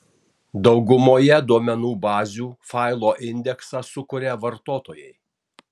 daugumoje duomenų bazių failo indeksą sukuria vartotojai